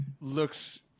looks